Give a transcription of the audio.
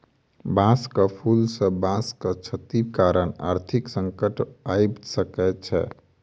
बांसक फूल सॅ बांसक क्षति कारण आर्थिक संकट आइब सकै छै